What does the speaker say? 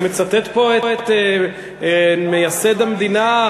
אני מצטט פה את מייסד המדינה,